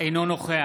אינו נוכח